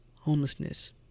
homelessness